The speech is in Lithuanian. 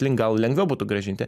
link gal lengviau būtų grąžinti